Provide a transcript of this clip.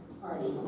party